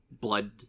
blood